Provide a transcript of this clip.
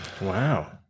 wow